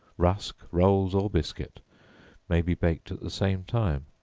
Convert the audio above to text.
rusk, rolls or biscuit may be baked at the same time.